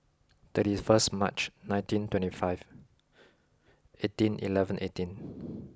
thirties first March nineteen twenty five eighteen eleven eighteen